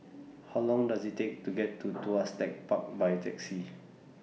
How Long Does IT Take to get to Tuas Tech Park By Taxi